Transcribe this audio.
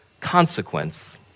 consequence